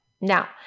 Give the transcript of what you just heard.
Now